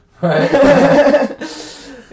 Right